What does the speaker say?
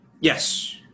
Yes